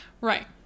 Right